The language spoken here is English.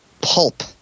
Pulp